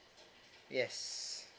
yes